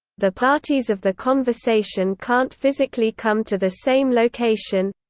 the parties of the conversation can't physically come to the same location